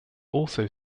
also